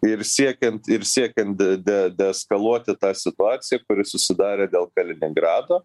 ir siekiant ir siekiant de de deskaluoti tą situaciją kuri susidarė dėl kaliningrado